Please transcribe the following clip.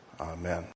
amen